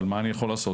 אבל מה אני יכול לעשות?